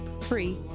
free